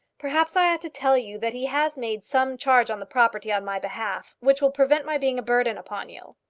perhaps i ought to tell you that he has made some charge on the property on my behalf, which will prevent my being a burden upon you.